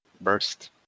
burst